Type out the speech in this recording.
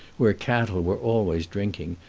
where cattle were always drinking,